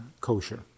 kosher